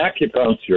acupuncture